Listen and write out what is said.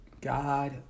God